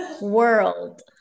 world